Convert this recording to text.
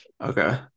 Okay